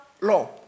law